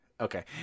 Okay